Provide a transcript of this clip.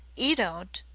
e don't,